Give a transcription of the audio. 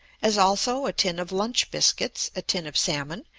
as also a tin of lunch biscuits, a tin of salmon,